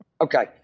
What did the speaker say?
Okay